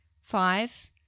Five